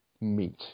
meet